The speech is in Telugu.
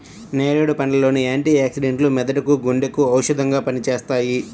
నేరేడు పండ్ల లోని యాంటీ ఆక్సిడెంట్లు మెదడుకు, గుండెకు ఔషధంగా పనిచేస్తాయి